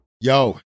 Yo